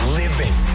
living